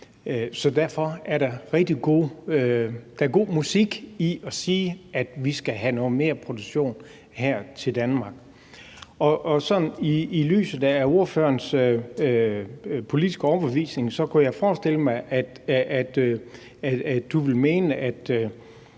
derfor er der god musik i at sige, at vi skal have noget mere produktion her til Danmark. Og sådan i lyset af ordførerens politiske overbevisning kunne jeg forestille mig, at ordføreren